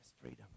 freedom